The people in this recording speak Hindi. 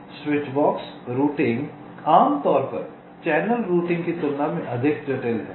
स्विचबॉक्स रूटिंग आमतौर पर चैनल रूटिंग की तुलना में अधिक जटिल है